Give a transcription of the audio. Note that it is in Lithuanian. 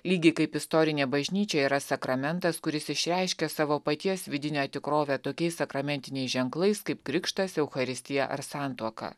lygiai kaip istorinė bažnyčia yra sakramentas kuris išreiškia savo paties vidinę tikrovę tokiais sakramentiniais ženklais kaip krikštas eucharistija ar santuoka